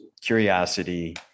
curiosity